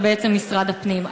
ובעצם משרד הפנים.